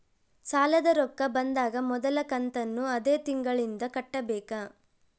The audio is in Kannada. ಸಾಲದ ರೊಕ್ಕ ಬಂದಾಗ ಮೊದಲ ಕಂತನ್ನು ಅದೇ ತಿಂಗಳಿಂದ ಕಟ್ಟಬೇಕಾ?